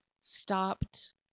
stopped